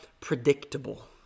predictable